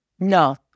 No